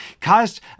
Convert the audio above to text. caused